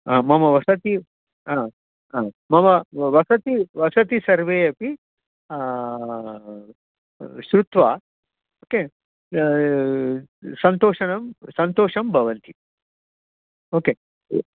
हा मम वसति हा मम वसति वसति सर्वे अपि श्रुत्वा के सन्तोषं सन्तोषं भवन्ति ओके